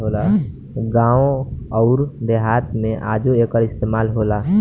गावं अउर देहात मे आजो एकर इस्तमाल होला